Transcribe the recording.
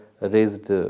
raised